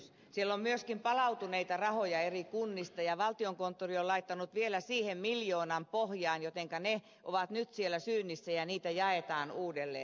siellä on myöskin palautuneita rahoja eri kunnista ja valtiokonttori on laittanut vielä siihen miljoonan pohjaan jotenka ne ovat nyt siellä syynissä ja niitä jaetaan uudelleen